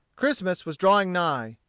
christmas was drawing nigh.